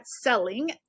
selling